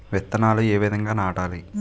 విత్తనాలు ఏ విధంగా నాటాలి?